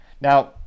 Now